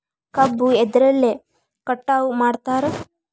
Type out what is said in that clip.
ಕಬ್ಬು ಎದ್ರಲೆ ಕಟಾವು ಮಾಡ್ತಾರ್?